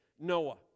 Noah